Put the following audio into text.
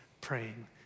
praying